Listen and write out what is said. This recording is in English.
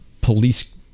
police